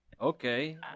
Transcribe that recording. okay